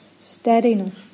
steadiness